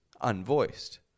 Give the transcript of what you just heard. unvoiced